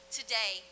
today